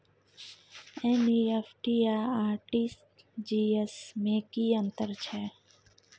NEFT आ RTGS में की अन्तर छै?